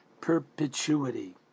perpetuity